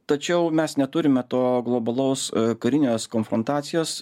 tačiau mes neturime to globalaus karinės konfrontacijos